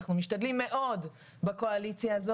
אנחנו משתדלים מאוד בקואליציה הזו